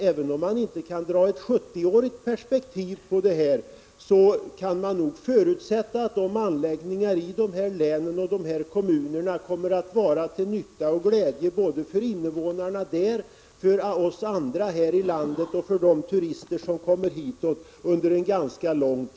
Även om man inte kan se fram mot ett 70-årigt perspektiv, kan man nog förutsätta att anläggningarna i dessa län och kommuner kommer att vara till nytta och glädje under lång tid både för invånarna där, för oss andra i landet och för de turister som kommer hit.